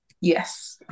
Yes